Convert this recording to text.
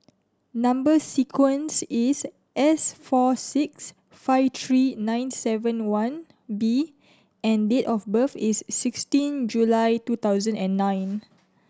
number sequence is S four six five three nine seven one B and date of birth is sixteen July two thousand and nine